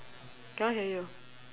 cannot hear you